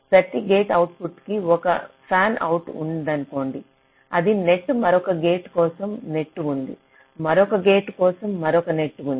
ప్రతి gate output కి ఒక ఫ్యాన్అవుట్ ఉందనుకోండి అది నెట్ మరొక గేట్ కోసం నెట్ ఉంది మరొక గేట్ కోసం మరొక నెట్ ఉంది